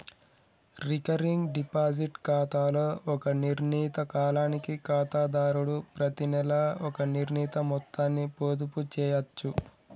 recurring deposit ఖాతాలో ఒక నిర్ణీత కాలానికి ఖాతాదారుడు ప్రతినెలా ఒక నిర్ణీత మొత్తాన్ని పొదుపు చేయచ్చు